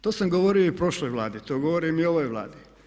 To sam govorio i prošloj Vladi, to govorim i ovoj Vladi.